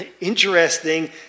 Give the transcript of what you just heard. interesting